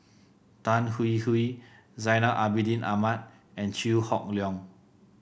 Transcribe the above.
Tan Hwee Hwee Zainal Abidin Ahmad and Chew Hock Leong